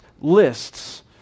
lists